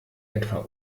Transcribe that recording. etwa